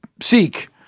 seek